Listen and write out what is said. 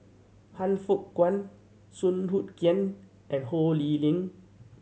Han Fook Kwang Song Hoot Kiam and Ho Lee Ling